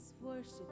worship